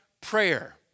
prayer